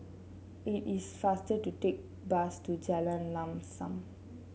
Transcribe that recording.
it is faster to take bus to Jalan Lam Sam